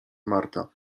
marta